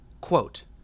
quote